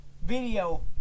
video